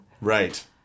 Right